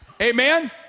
Amen